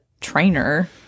trainer